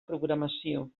programació